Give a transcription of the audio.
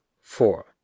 four